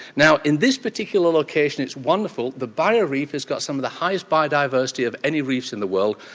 now in this particular location it's wonderful, the barrier reef has got some of the highest biodiversity of any reefs in the world,